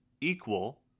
equal